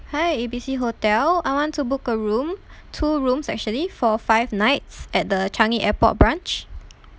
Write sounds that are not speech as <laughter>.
hi A B C hotel I want to book a room <breath> two rooms actually for five nights at the changi airport branch